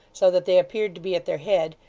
so that they appeared to be at their head,